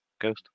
Ghost